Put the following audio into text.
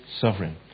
sovereign